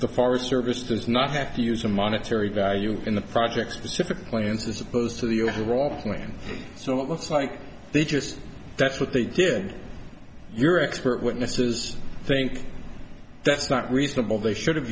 the forest service does not have to use a monetary value in the project specific plans as opposed to the overall plan so it's like they just that's what they did your expert witnesses think that's not reasonable they should